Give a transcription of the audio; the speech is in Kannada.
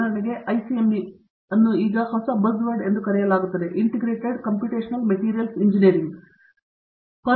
ಉದಾಹರಣೆಗೆ ICME ಅನ್ನು ಈಗ ಹೊಸ buzzword ಎಂದು ಕರೆಯಲಾಗುತ್ತದೆ ಇಂಟಿಗ್ರೇಟೆಡ್ ಕಂಪ್ಯುಟೇಶನಲ್ ಮೆಟೀರಿಯಲ್ಸ್ ಇಂಜಿನಿಯರಿಂಗ್ ಎಂದು ಜನರು ಅದನ್ನು ಕರೆಯುತ್ತಾರೆ